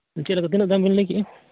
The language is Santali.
ᱪᱮᱫᱞᱮᱠᱟ ᱛᱤᱱᱟᱹᱜ ᱫᱟᱢ ᱵᱤᱱ ᱞᱟᱹᱭ ᱠᱮᱫᱟ